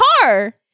Car